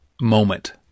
moment